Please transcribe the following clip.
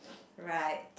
right